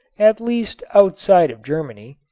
at least outside of germany,